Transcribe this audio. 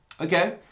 Okay